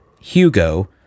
hugo